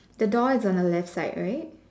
the door is on the left side right